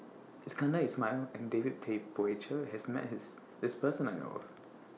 Iskandar Ismail and David Tay Poey Cher has Met His This Person that I know of